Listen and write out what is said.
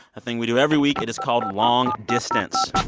a thing we do every week, it is called long distance